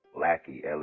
Lackey